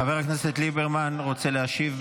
חבר הכנסת ליברמן רוצה להשיב?